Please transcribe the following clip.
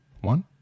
One